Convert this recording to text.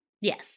Yes